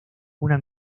una